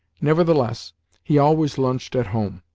nevertheless he always lunched at home,